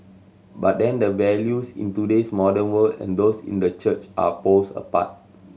but then the values in today's modern world and those in the church are poles apart